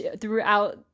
throughout